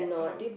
um